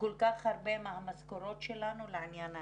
כל כך הרבה מהמשכורות שלנו לעניין ההיתרים.